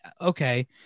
okay